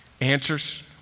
Answers